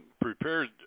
prepared